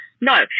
No